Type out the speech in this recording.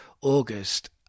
August